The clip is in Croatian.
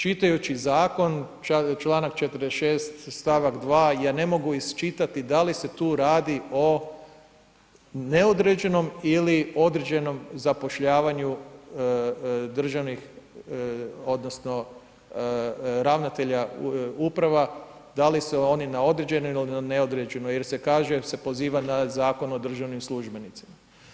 Čitajući zakon članak 46. stavak 2. ja ne mogu iščitati da li se tu radi o neodređenom ili određenom zapošljavanju državnih odnosno ravnatelja uprava, da li su oni na oni na određeno ili neodređeno jer se kaže jer se poziva na Zakon o državnim službenicima.